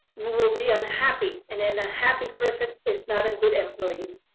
you will be unhappy an and unhappy person is not a good employee.